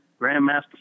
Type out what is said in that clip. Grandmaster